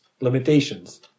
limitations